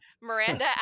Miranda